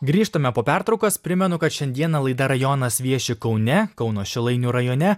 grįžtame po pertraukos primenu kad šiandieną laida rajonas vieši kaune kauno šilainių rajone